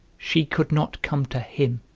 she could not come to him.